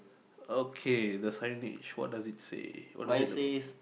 okay the signage what does it say what does it look